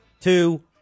two